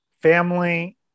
family